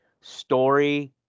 story